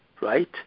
right